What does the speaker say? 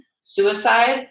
suicide